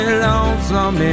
lonesome